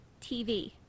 tv